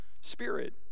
spirit